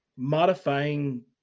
Modifying